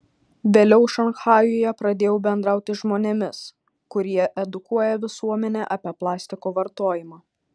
vėliau šanchajuje pradėjau bendrauti žmonėmis kurie edukuoja visuomenę apie plastiko vartojimą